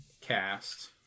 cast